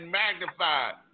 magnified